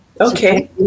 Okay